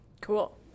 Cool